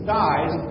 dies